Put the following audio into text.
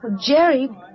Jerry